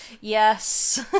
Yes